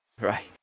Right